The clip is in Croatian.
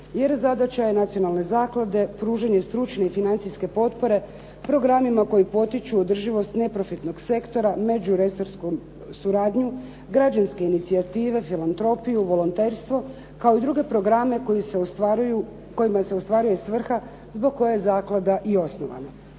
zadaća je nacionalne zaklade pružanje stručne i financijske potpore programima koji potiču održivost neprofitnog sektora međuresorsku suradnju, građanske inicijative, filantropiju, volonterstvo, kao i druge programe kojima se ostvaruje svrha zbog koje je zaklada i osnovana.